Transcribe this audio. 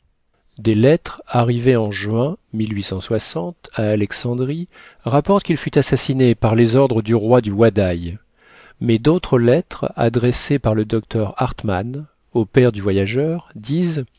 des lettres arrivées en juin à alexandrie rapportent qu'il fut assassiné par les ordres du roi du wadaï mais d'autres lettres adressées par le docteur hartmann au père du voyageur disent